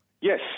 Yes